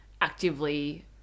actively